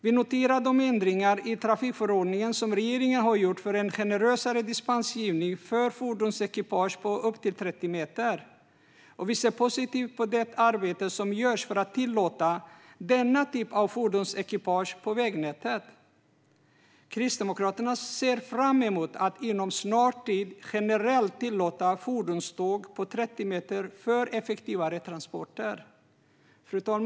Vi noterar de ändringar i trafikförordningen som regeringen har gjort för en generösare dispensgivning för fordonsekipage på upp till 30 meter, och vi ser positivt på det arbete som görs för att tillåta denna typ av fordonsekipage på vägnätet. Kristdemokraterna ser fram emot att fordonståg på 30 meter generellt tillåts inom en snar framtid, för effektivare transporter. Fru talman!